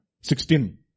Sixteen